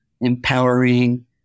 empowering